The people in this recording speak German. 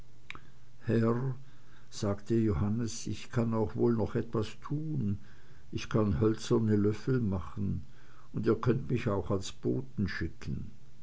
sagte johannes ich kann auch noch wohl etwas tun ich kann hölzerne löffel machen und ihr könnt mich auch als boten schicken